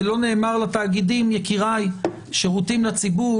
ולא נאמר לתאגידים: שירותים לציבור,